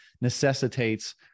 necessitates